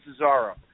Cesaro